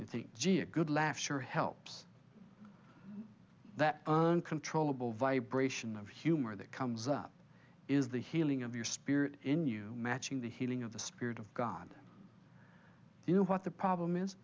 you think gee a good laugh sure helps that burn controllable vibration of humor that comes up is the healing of your spirit in you matching the healing of the spirit of god you know what the problem is